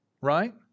Right